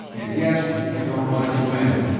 and yet i don't want it to end,